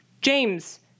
James